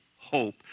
Hope